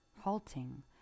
halting